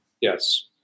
Yes